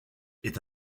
est